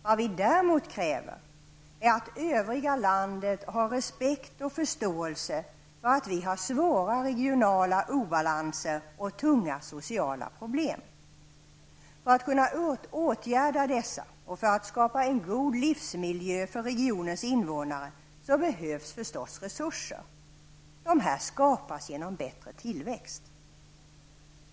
Vad vi däremot kräver är att övriga landet har respekt och förståelse för att länet har svåra regionala obalanser och tunga sociala problem. För att åtgärda dessa och för att skapa en god livsmiljö för regionens invånare behövs förstås resurser. Dessa skapas genom bättre tillväxt.